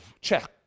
check